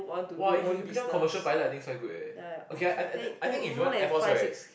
!wah! if you can become commercial pilot I think is quite good eh okay I I I think if you want Air-Force right